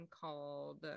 called